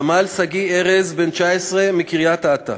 סמל שגיא ארז, בן 19, מקריית-אתא,